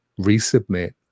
resubmit